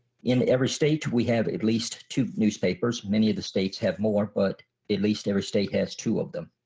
in every state we have at least two newspapers. many of the states have more but at least every state has two of them.